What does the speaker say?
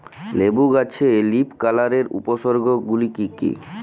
লেবু গাছে লীফকার্লের উপসর্গ গুলি কি কী?